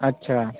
अच्छा